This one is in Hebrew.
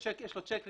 יש לו צ'ק ליסט.